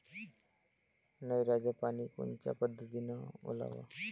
नयराचं पानी कोनच्या पद्धतीनं ओलाव?